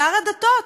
שר הדתות,